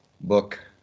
book